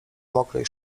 mokrej